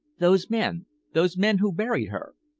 those men those men who buried her!